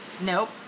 Nope